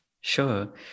Sure